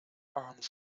arms